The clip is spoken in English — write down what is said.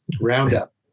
Roundup